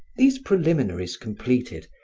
these preliminaries completed,